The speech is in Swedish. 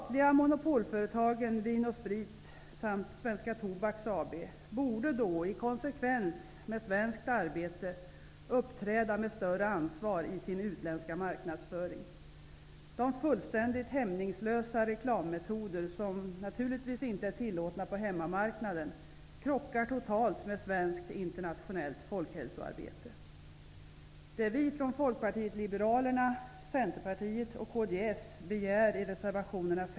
Svenska Tobaks AB, borde i konsekvens med svenskt arbete uppträda med större ansvar beträffande sin utländska marknadsföring. De fullständigt hämningslösa reklammetoderna -- som naturligtvis inte är tillåtna på hemmamarknaden -- krockar totalt med svenskt internationellt folkhälsoarbete.